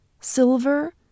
silver